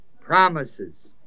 promises